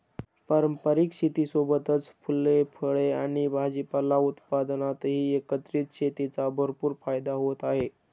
पारंपारिक शेतीसोबतच फुले, फळे आणि भाजीपाला उत्पादनातही एकत्रित शेतीचा भरपूर फायदा होत आहे